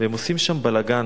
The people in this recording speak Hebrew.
והם עושים שם בלגן